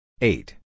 Eight